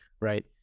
right